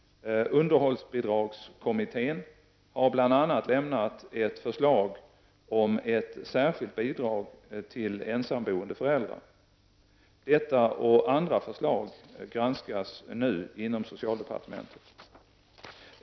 Underhållsbidragskommittén har bl.a. lämnat ett förslag om ett särskilt bidrag till ensamboende föräldrar. Detta och andra förslag granskas nu inom socialdepartementet.